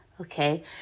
Okay